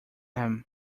him